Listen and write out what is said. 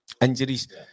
injuries